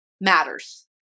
matters